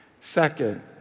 Second